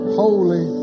holy